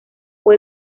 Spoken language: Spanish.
fue